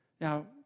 Now